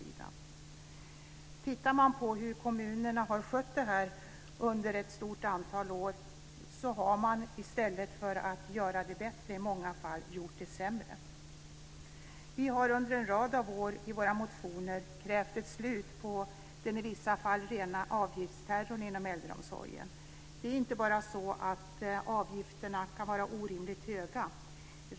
Man finner när man ser på hur kommunerna under ett stort antal år har skött dessa frågor att de i många fall i stället för att genomföra förbättringar har försämrat förhållandena. Vi har i motioner under en rad av år krävt ett slut på vad som i vissa fall är en ren avgiftsterror inom äldreomsorgen. Det är inte bara så att avgifterna kan vara orimligt höga.